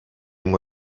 μου